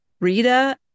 Rita